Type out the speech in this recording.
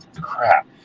crap